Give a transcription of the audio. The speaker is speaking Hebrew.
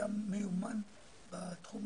אדם מיומן בתחום